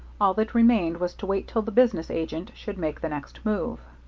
all that remained was to wait till the business agent should make the next move.